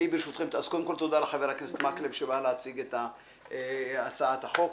אז קודם כל תודה לחבר הכנסת מקלב שבא להציג את הצעת החוק.